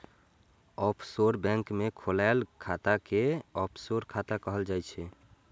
offshore bank मे खोलाएल खाता कें ऑफसोर खाता कहल जाइ छै